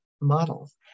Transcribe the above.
models